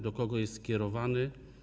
Do kogo jest skierowany?